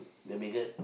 the bigot